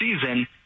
season